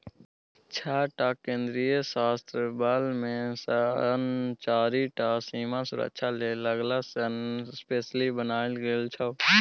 छअ टा केंद्रीय सशस्त्र बल मे सँ चारि टा सीमा सुरक्षा लेल अलग सँ स्पेसली बनाएल गेल छै